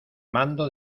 mando